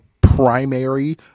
primary